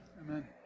Amen